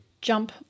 jump